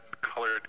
colored